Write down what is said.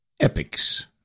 epics